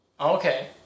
Okay